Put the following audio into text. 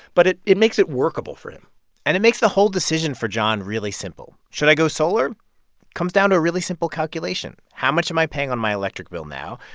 but it it makes it workable for him and it makes the whole decision for john really simple. should i go solar comes down to a really simple calculation how much am i paying on my electric bill now,